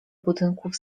budynków